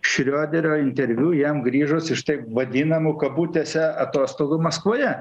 šrioderio interviu jam grįžus iš taip vadinamų kabutėse atostogų maskvoje